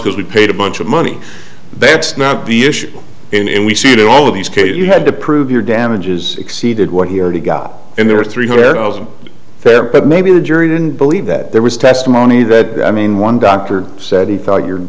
because we paid a bunch of money that's not be issue and we see it in all of these cases you had to prove your damages exceeded what he already got and there are three hundred thousand fair but maybe the jury didn't believe that there was testimony that i mean one doctor said he thought your